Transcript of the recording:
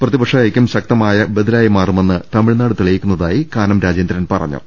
പ്രതിപക്ഷ ഐക്യം ശക്തമായ ബദലായി മാറുമെന്ന് തമിഴ്നാട് തെളിയിക്കുന്നതായി കാനം രാജേന്ദ്രൻ പറഞ്ഞു